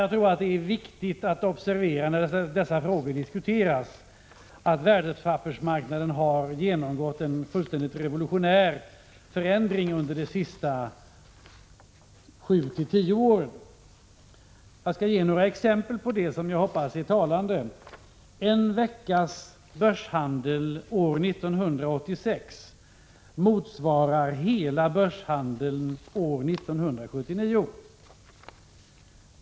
Jag tror att det är viktigt att observera när dessa frågor diskuteras att värdepappersmarknaden har genomgått en fullständigt revolutionerande förändring under de senaste 7-10 åren. Jag skall ge några exempel på det, som jag hoppas är talande. En veckas börshandel år 1986 motsvarar hela börshandeln år 1979.